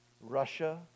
Russia